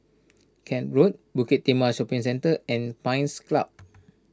Kent Road Bukit Timah Shopping Centre and Pines Club